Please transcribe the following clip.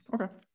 okay